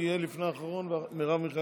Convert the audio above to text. אני לא רוצה לברך לפני הזמן אבל אני